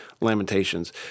Lamentations